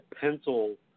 pencil